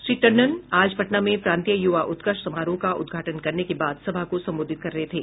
श्री टंडन आज पटना में प्रान्तीय यूवा उत्कर्ष समारोह का उद्घाटन करने के बाद सभा को संबोधित कर रहे थे